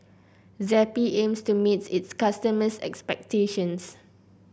Zappy aims to meets its customers' expectations